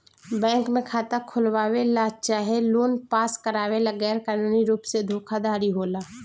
bank में खाता खोलवावे ला चाहे लोन पास करावे ला गैर कानूनी रुप से धोखाधड़ी होला